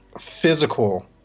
physical